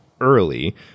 early